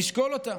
נשקול אותה.